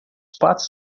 patos